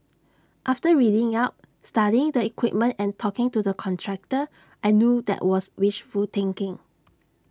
after reading up studying the equipment and talking to the contractor I knew that was wishful thinking